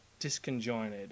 disconjointed